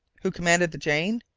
who commanded the jane?